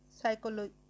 psychology